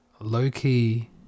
low-key